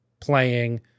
playing